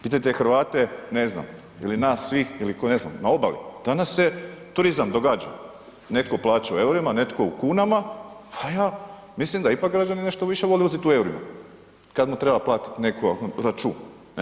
Pitajte Hrvate ne znam ili nas svih ili ne znam na obali, tamo se turizam događa, netko plaća u eurima, netko u kunama a ja mislim da ipak građani nešto više vole uzeti u eurima kad mu treba platiti netko račun.